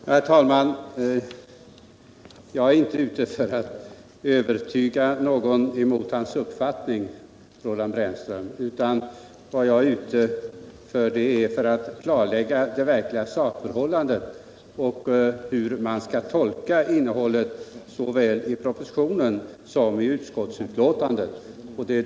Herr talman! Jag är inte ute för att övertyga någon emot hans uppfattning, Roland Brännström. Jag har försökt att klarlägga det verkliga sakförhållandet och hur man skall tolka innehållet såväl i propositionen som i utskottsbetänkandet.